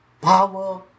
power